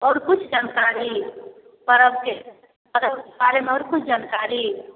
आओर किछु जानकारी पर्वके पर्वके बारेमे आओर किछु जानकारी